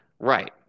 Right